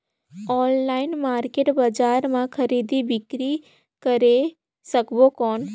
Online market बजार मां खरीदी बीकरी करे सकबो कौन?